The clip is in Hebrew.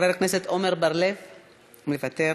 חבר הכנסת עמר בר-לב מוותר,